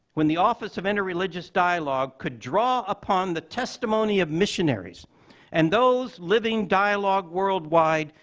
when the office of interreligious dialogue could draw upon the testimony of missionaries and those living dialogue worldwide,